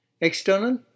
external